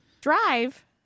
Drive